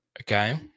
okay